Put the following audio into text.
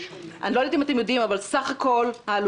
אני לא יודעת אם אתם יודעים אבל סך כל העלויות